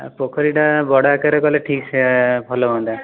ଆଉ ପୋଖରୀଟା ବଡ଼ ଆକାରରେ କଲେ ଠିକ ସେ ଭଲ ହୁଅନ୍ତା